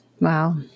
wow